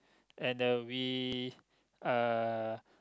and the we uh